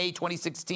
2016